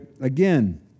Again